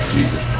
Jesus